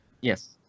Yes